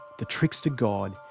the trickster god,